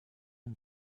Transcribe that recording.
une